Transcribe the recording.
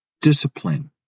Discipline